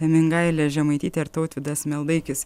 mingailė žemaitytė ir tautvydas meldaikis